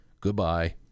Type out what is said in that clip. Goodbye